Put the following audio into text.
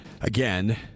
Again